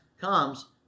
comes